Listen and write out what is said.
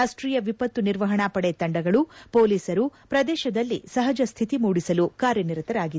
ರಾಷ್ಟೀಯ ವಿಪತ್ತು ನಿರ್ವಹಣಾ ಪಡೆ ತಂಡಗಳು ಪೊಲೀಸರು ಪ್ರದೇಶದಲ್ಲಿ ಸಹಜ ಸ್ಥಿತಿ ಮೂಡಿಸಲು ಕಾರ್ಯನಿರತವಾಗಿವೆ